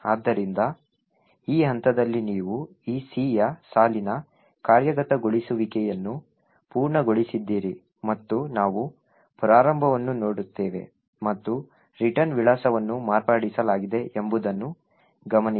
ಆದ್ದರಿಂದ ಈ ಹಂತದಲ್ಲಿ ನೀವು ಈ C ಯ ಸಾಲಿನ ಕಾರ್ಯಗತಗೊಳಿಸುವಿಕೆಯನ್ನು ಪೂರ್ಣಗೊಳಿಸಿದ್ದೀರಿ ಮತ್ತು ನಾವು ಪ್ರಾರಂಭವನ್ನು ನೋಡುತ್ತೇವೆ ಮತ್ತು ರಿಟರ್ನ್ ವಿಳಾಸವನ್ನು ಮಾರ್ಪಡಿಸಲಾಗಿದೆ ಎಂಬುದನ್ನು ಗಮನಿಸಿ